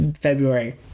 February